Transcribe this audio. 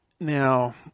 Now